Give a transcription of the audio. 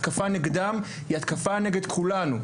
התקפה נגדם היא התקפה נגד כולנו,